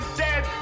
dead